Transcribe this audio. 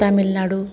Tamil Nadu